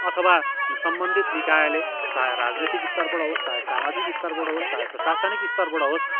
अथवा सम्बन्धित निकायले चाहे राजनैतिक स्तरबाट होस् चाहे सामाजिक स्तरमा होस् चाहे प्रसासनिक स्तरबाट होस्